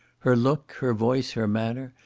her look, her voice, her manner,